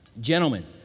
gentlemen